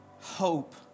hope